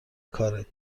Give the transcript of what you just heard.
کارت